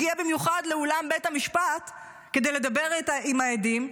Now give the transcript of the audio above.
הגיעה במיוחד לאולם בית המשפט כדי לדבר עם העדים,